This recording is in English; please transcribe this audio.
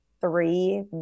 three